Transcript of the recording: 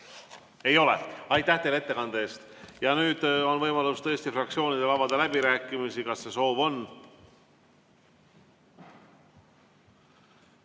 näi olevat. Aitäh teile ettekande eest! Ja nüüd on võimalus tõesti fraktsioonidel avada läbirääkimised. Kas see soov on?